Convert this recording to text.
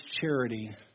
charity